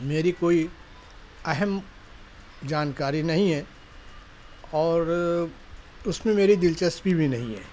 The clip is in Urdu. میری کوئی اہم جانکاری نہیں ہے اور اس میں میری دلچسپی بھی نہیں ہے